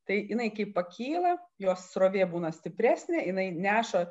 tai jinai kaip pakyla jos srovė būna stipresnė jinai neša